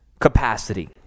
capacity